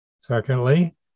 Secondly